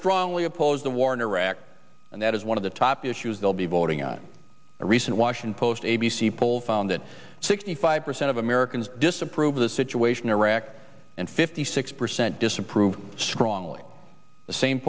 strongly oppose the war in iraq and that is one of the top issues they'll be voting on a recent washington post a b c poll found that sixty five percent of americans disapprove of the situation in iraq and fifty six percent disapprove strongly